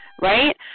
right